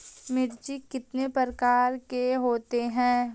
मिर्ची कितने प्रकार का होता है?